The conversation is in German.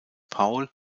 paul